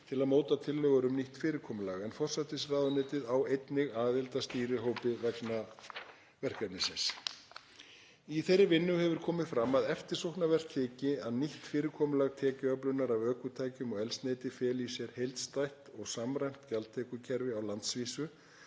til að móta tillögur um nýtt fyrirkomulag, en forsætisráðuneytið á einnig aðild að stýrihópi vegna verkefnisins. Í þeirri vinnu hefur komið fram að eftirsóknarvert þyki að nýtt fyrirkomulag tekjuöflunar af ökutækjum og eldsneyti feli í sér heildstætt og samræmt gjaldtökukerfi á landsvísu